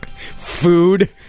Food